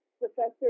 Professor